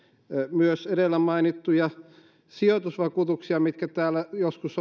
myös edellä mainittuja sijoitusvakuutuksia mitkä täällä joskus